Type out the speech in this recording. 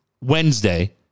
Wednesday